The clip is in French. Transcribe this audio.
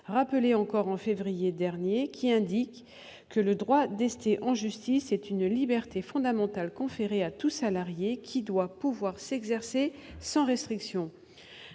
rappelée encore en février dernier, aux termes de laquelle le droit d'ester en justice est une liberté fondamentale conférée à tout salarié, qui doit pouvoir s'exercer sans restriction.